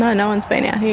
no, no one's been out here.